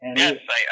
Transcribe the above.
Yes